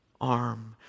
arm